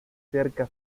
cerca